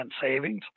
savings